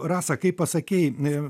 rasa kai pasakei nem